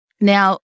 Now